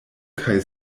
kaj